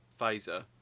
phaser